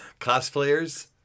Cosplayers